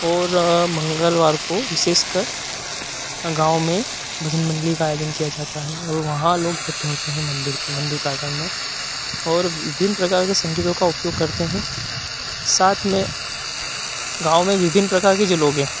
और मंगलवार को विशेष कर गाँव में भजन मंडली का आयोजन किया जाता है और वहाँ लोग इकठ्ठे होते हैं मंदिर पर मंदिर प्रांगण में और विभिन्न प्रकार के संगीतों का उपयोग करते हैं साथ में गाँव में विभिन्न प्रकार के जो लोग हैं